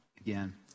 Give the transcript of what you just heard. again